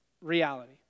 reality